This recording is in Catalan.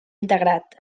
integrat